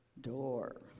door